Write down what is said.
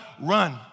run